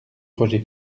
roger